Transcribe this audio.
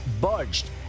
budged